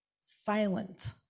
silent